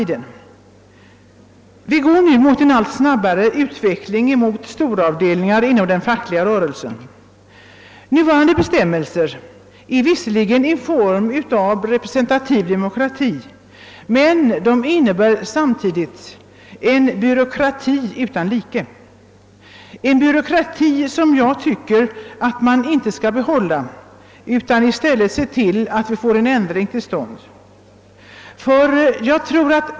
Det sker nu en allt snabbare utveckling mot storavdelningar inom den fackliga rörelsen. Nuvarande bestämmelser möjliggör visserligen en form av representativ demokrati men de medför samtidigt en byråkrati utan like, en byråkrati som jag inte tycker att man skall behålla; vi bör i stället se till att vi får en ändring till stånd.